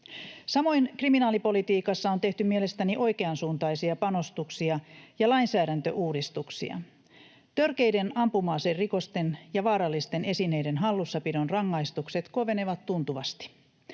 Samoin kriminaalipolitiikassa on tehty mielestäni oikeansuuntaisia panostuksia ja lainsäädäntöuudistuksia. Törkeiden ampuma-aserikosten ja vaarallisten esineiden hallussapidon rangaistukset kovenevat tuntuvasti.